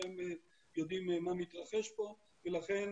כולכם יודעים מה מתרחש פה ולכן